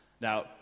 Now